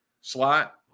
slot